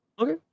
okay